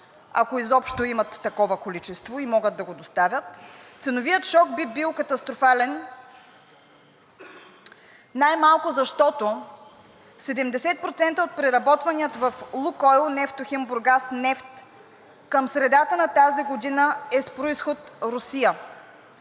ако изобщо имат такова количество и могат да го доставят, ценовият шок би бил катастрофален най-малкото защото 70% от преработвания в „Лукойл Нефтохим Бургас“ нефт към средата на тази година е с произход Русия.